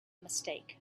mistake